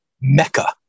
mecca